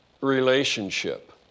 relationship